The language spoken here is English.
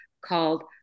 called